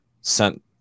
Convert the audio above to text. sent